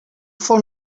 for